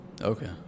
Okay